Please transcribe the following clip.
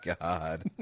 God